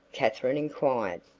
katherine inquired.